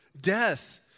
Death